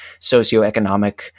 socioeconomic